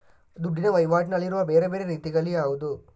ದುಡ್ಡಿನ ವಹಿವಾಟಿನಲ್ಲಿರುವ ಬೇರೆ ಬೇರೆ ರೀತಿಗಳು ಯಾವುದು?